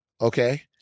okay